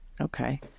Okay